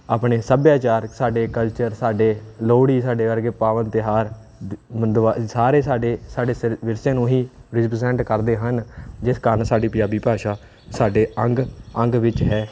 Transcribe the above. ਆਪਣੇ ਸੱਭਿਆਚਾਰਕ ਸਾਡੇ ਕਲਚਰ ਸਾਡੇ ਲੋਹੜੀ ਸਾਡੇ ਵਰਗੇ ਪਾਵਨ ਤਿਉਹਾਰ ਸਾਰੇ ਸਾਡੇ ਸਾਡੇ ਸਿਰ ਵਿਰਸੇ ਨੂੰ ਹੀ ਕਰਦੇ ਹਨ ਜਿਸ ਕਾਰਨ ਸਾਡੀ ਪੰਜਾਬੀ ਭਾਸ਼ਾ ਸਾਡੇ ਅੰਗ ਅੰਗ ਵਿੱਚ ਹੈ